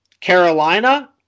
Carolina